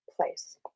place